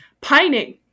pining